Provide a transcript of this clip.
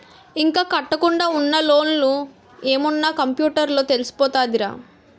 ఇంకా కట్టకుండా ఉన్న లోన్లు ఏమున్న కంప్యూటర్ లో తెలిసిపోతదిరా